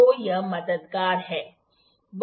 तो यह मददगार है